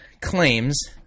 claims